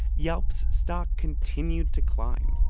yelp's stock continued to climb.